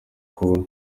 kuba